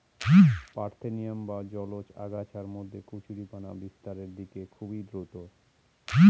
parthenium বা জলজ আগাছার মধ্যে কচুরিপানা বিস্তারের দিক খুবই দ্রূত